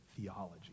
theology